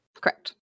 correct